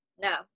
No